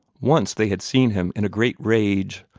once they had seen him in a great rage,